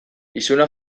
izuna